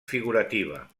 figurativa